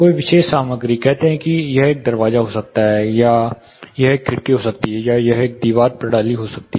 कोई विशेष सामग्री कहते हैं कि यह एक दरवाजा हो सकता है यह एक खिड़की हो सकती है या यह एक दीवार प्रणाली हो सकती है